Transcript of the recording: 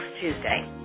Tuesday